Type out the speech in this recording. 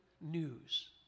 news